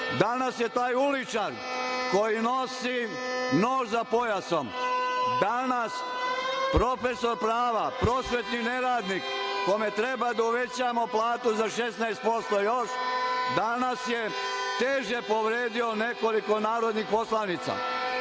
Danas je taj uličar koji nosi nož za pojasom, danas profesor prava, prosvetni neradnik kome treba da uvećamo platu za 16% još, danas je teže povredio nekoliko narodnih poslanica.